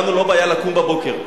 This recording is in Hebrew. לנו אין בעיה לקום בבוקר,